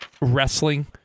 wrestling